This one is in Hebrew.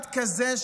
אחד כזה,